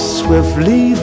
swiftly